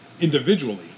individually